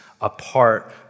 apart